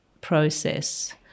process